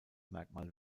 merkmal